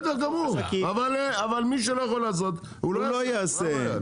בסדר גמור, אבל מי שלא יכול לעשות, הוא לא יעשה.